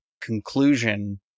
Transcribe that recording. conclusion